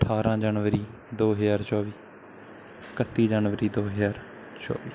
ਅਠਾਰ੍ਹਾਂ ਜਨਵਰੀ ਦੋ ਹਜ਼ਾਰ ਚੌਵੀ ਇਕੱਤੀ ਜਨਵਰੀ ਦੋ ਹਜ਼ਾਰ ਚੌਵੀ